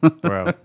bro